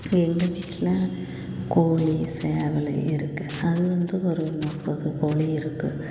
இப்போ எங்கள் வீட்டில் கோழி சேவல் இருக்கு அது வந்து ஒரு முப்பது கோழி இருக்கு